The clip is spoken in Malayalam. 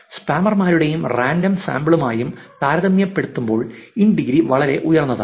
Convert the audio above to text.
സ്പാമർമാരുമായും റാൻഡം സാമ്പിളുമായും താരതമ്യപ്പെടുത്തുമ്പോൾ ഇൻ ഡിഗ്രി വളരെ ഉയർന്നതാണ്